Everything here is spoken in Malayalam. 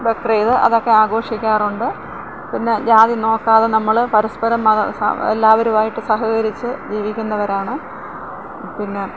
ബക്രീദ് അതെക്കെ ആഘോഷിക്കാറുണ്ട് പിന്നെ ജാതി നോക്കാതെ നമ്മൾ പരസ്പരം മത എല്ലാവരുമായിട്ട് സഹകരിച്ച് ജീവിക്കുന്നവരാണ് പിന്നെ